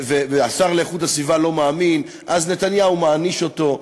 והשר להגנת הסביבה לא מאמין אז נתניהו מעניש אותו.